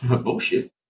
Bullshit